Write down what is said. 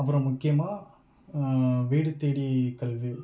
அப்புறம் முக்கியமாக வீடு தேடி கல்வி